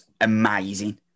amazing